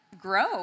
grow